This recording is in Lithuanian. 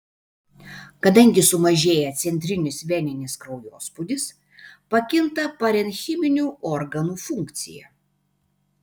kadangi sumažėja centrinis veninis kraujospūdis pakinta parenchiminių organų funkcija